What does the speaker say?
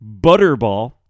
Butterball